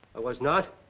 i was not.